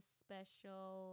special